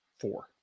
Four